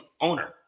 owner